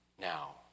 now